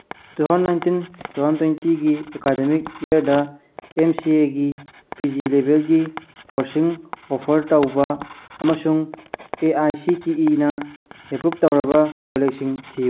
two thousand nineteen two thousand ꯇ꯭ꯋꯦꯟꯇꯤꯒꯤ academic ꯏꯌꯥꯔꯗ M C ꯑꯦꯒꯤ ꯄꯤ ꯖꯤ ꯂꯦꯚꯦꯜꯒꯤ ꯀꯣꯔꯁꯁꯤꯡ ꯑꯣꯐꯔ ꯇꯧꯕ ꯑꯃꯁꯨꯡ ꯑꯦ ꯑꯥꯏ ꯁꯤ ꯇꯤ ꯏꯅ ꯑꯦꯄ꯭ꯔꯨꯞ ꯇꯧꯔꯕ ꯀꯣꯂꯦꯖꯁꯤꯡ ꯊꯤꯌꯨ